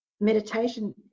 meditation